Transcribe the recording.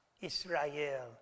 Israel